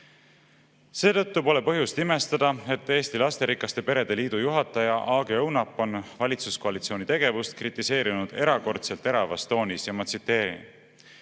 Seetõttu pole põhjust imestada, et Eesti Lasterikaste Perede Liidu juhataja Aage Õunap on valitsuskoalitsiooni tegevust kritiseerinud erakordselt teravas toonis. Ma tsiteerin: